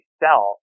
sell